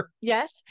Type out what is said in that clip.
Yes